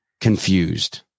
confused